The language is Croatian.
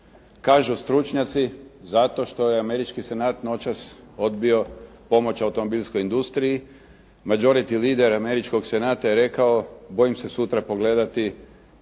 Kažu stručnjaci zato što je američki Senat noćas odbio pomoć automobilskoj industriji. Majority lider američkog Senata je rekao: «Bojim se sutra pogledati